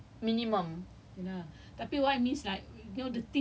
but an essay you have to write three thousand words minimum